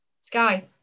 Sky